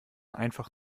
einfach